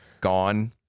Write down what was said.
gone